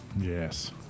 yes